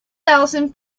thousand